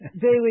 daily